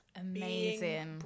Amazing